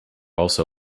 also